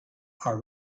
are